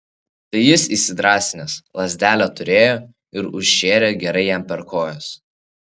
tai jis įsidrąsinęs lazdelę turėjo ir užšėrė gerai jam per kojas